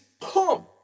come